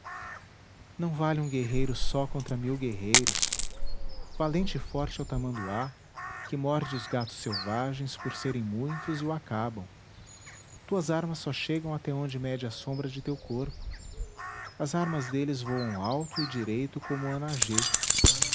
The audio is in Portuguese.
não vale um guerreiro só contra mil guerreiros valente e forte é o tamanduá que morde os gatos selvagens por serem muitos e o acabam tuas armas só chegam até onde mede a sombra de teu corpo as armas deles voam alto e direito como o